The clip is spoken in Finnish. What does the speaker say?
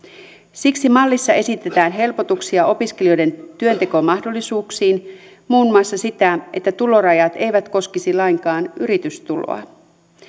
siksi mallissa esitetään helpotuksia opiskelijoiden työntekomahdollisuuksiin muun muassa sitä että tulorajat eivät koskisi lainkaan yritystuloa